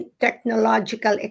technological